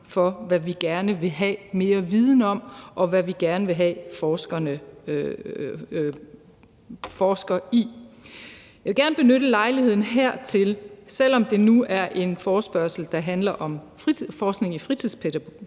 for, hvad vi gerne vil have mere viden om, og hvad vi gerne vil have at forskerne forsker i. Jeg vil gerne benytte lejligheden her til at sige – selv om det nu er en forespørgsel, der handler om forskning i fritidspædagogik